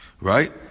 Right